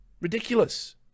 Ridiculous